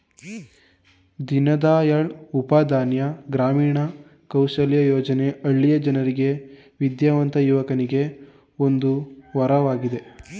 ದೀನದಯಾಳ್ ಉಪಾಧ್ಯಾಯ ಗ್ರಾಮೀಣ ಕೌಶಲ್ಯ ಯೋಜನೆ ಹಳ್ಳಿಯ ಜನರಿಗೆ ವಿದ್ಯಾವಂತ ಯುವಕರಿಗೆ ಒಂದು ವರವಾಗಿದೆ